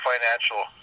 financial